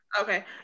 Okay